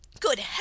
Good